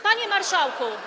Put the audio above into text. Panie Marszałku!